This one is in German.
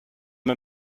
man